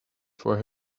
for